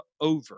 over